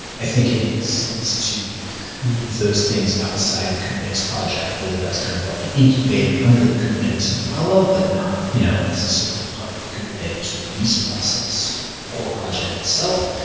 i think it makes sense to those things outside the kubernetes project, whether that's kind of like an incubator under the kubernetes umbrella but not you know necessarily part of the kubernetes release process or core project itself.